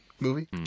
movie